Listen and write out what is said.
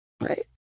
right